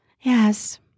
Yes